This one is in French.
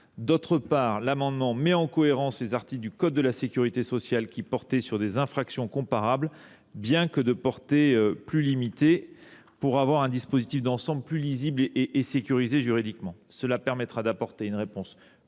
D’autre part, l’amendement tend à mettre en cohérence d’autres articles du code de la sécurité sociale, qui portent sur des infractions comparables, mais dont la portée est plus limitée, afin d’avoir un dispositif d’ensemble plus lisible et mieux sécurisé juridiquement. Cela permettra d’apporter une réponse